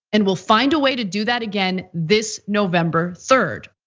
and we'll find a way to do that again this november third.